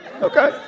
Okay